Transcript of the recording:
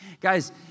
Guys